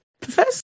Professor